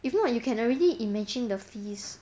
if not you can already imagine the fees